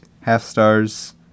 half-stars